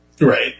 Right